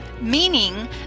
Meaning